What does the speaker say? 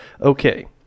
okay